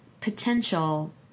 potential